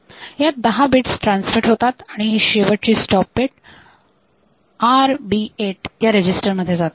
यात दहा bits transmit होतात आणि ही स्टॉप बीट RB8 या रेजिस्टर मध्ये जाते